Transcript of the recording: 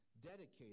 dedicated